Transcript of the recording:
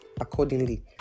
accordingly